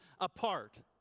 apart